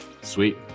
Sweet